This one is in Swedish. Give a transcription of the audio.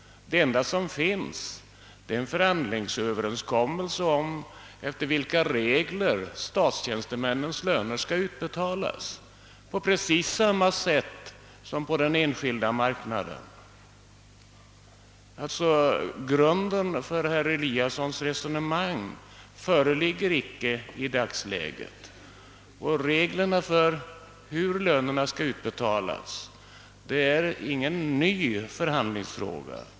Det enda som finns är en förhandlingsöverenskommelse om efter vilka regler statstjänstemännens löner skall utbetalas, på precis samma sätt som på den enskilda marknaden. Grunden för herr Eliassons resonemang finns inte i dagens läge, och reglerna för hur lönerna skall utbetalas är inte någon ny förhandlingsfråga.